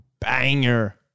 banger